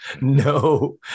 No